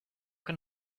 can